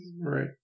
right